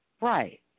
Right